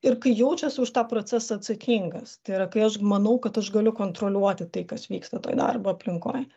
ir kai jaučiasi už tą procesą atsakingas tai yra kai aš manau kad aš galiu kontroliuoti tai kas vyksta toj darbo aplinkoj